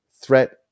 threat